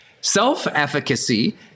Self-efficacy